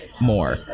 more